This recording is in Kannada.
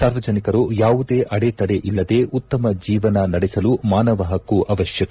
ಸಾರ್ವಜನಿಕರು ಯಾವುದೇ ಅಡೆತಡೆ ಇಲ್ಲದೆ ಉತ್ತಮ ಜೀವನ ನಡೆಸಲು ಮಾನವ ಪಕ್ಕು ಅವಶ್ಯಕ